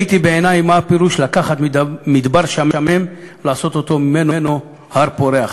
וראיתי בעיני מה הפירוש לקחת מדבר שממה ולעשות ממנו הר פורח.